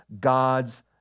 God's